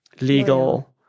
legal